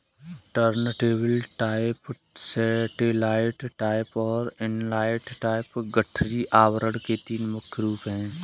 turntable type, satellite type और inline type गठरी आवरण के तीन मुख्य रूप है